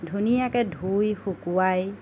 ধুনীয়াকৈ ধুই শুকুৱাই